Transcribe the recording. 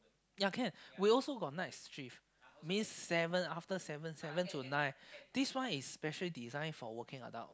ya can we also got night shift means seven after seven seven to nine this one is specially design for working adults